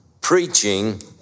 preaching